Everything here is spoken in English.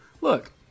look